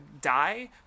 die